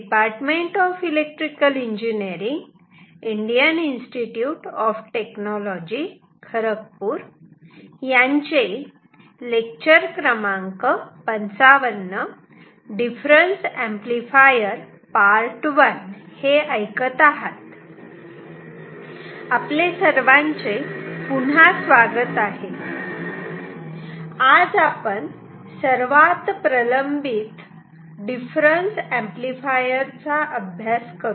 difference amplifier I आपले सर्वांचे पुन्हा स्वागत आहे आज आपण सर्वात प्रलंबीत डिफरन्स एम्पलीफायर चा अभ्यास करू